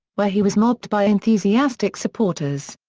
where he was mobbed by enthusiastic supporters.